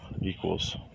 equals